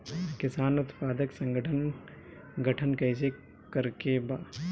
किसान उत्पादक संगठन गठन कैसे करके बा?